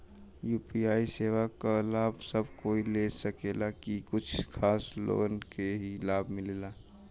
UPI सेवा क लाभ सब कोई ले सकेला की कुछ खास लोगन के ई लाभ मिलेला?